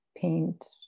paint